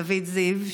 דוד זיו,